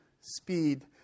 speed